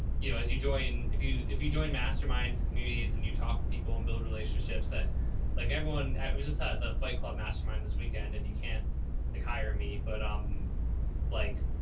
you know, as you join, if you, if you join masterminds and communities and you talk with people and build relationships that like everyone, it was just at ah the flight club mastermind this weekend and you can't like hire me, but i'm like,